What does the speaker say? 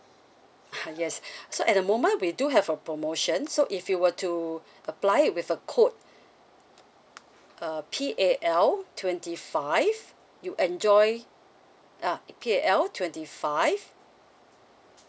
yes so at the moment we do have a promotion so if you were to apply with a code uh P A L twenty five you enjoy uh P A L twenty five